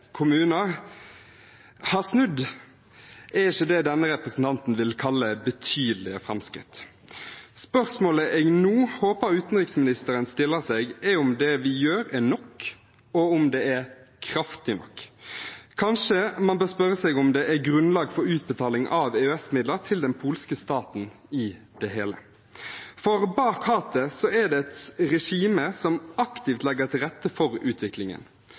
denne representanten vil kalle betydelige framskritt. Spørsmålet jeg nå håper utenriksministeren stiller seg, er om det vi gjør er nok og om det er kraftig nok. Kanskje man bør spørre seg om det er grunnlag for utbetaling av EØS-midler til den polske staten i det hele tatt. For bak hatet er det et regime som aktivt legger til rette for utviklingen,